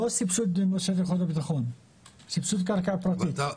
לא סבסוד --- סבסוד קרקע פרטית,